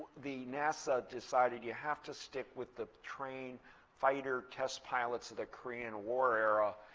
the nasa decided you have to stick with the trained fighter test pilots of the korean war era.